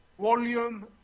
volume